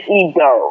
ego